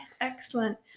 Excellent